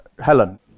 Helen